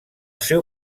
seu